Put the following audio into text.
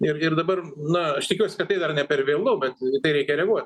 ir ir dabar na aš tikiuos kad tai dar ne per vėlu bet į tai reikia reaguot